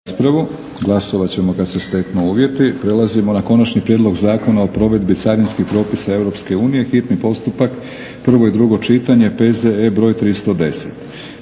**Batinić, Milorad (HNS)** Prelazimo na: - Konačni prijedlog Zakona o provedbi carinskih propisa Europske unije, hitni postupak, prvo i drugo čitanje, P.Z.E. br. 310;